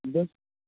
بس